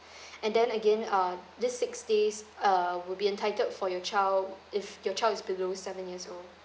and then again uh this six days uh would be entitled for your child if your child is below seven years old